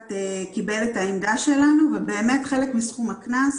קיבל את העמדה שלנו ואכן חלק מסכום הקנס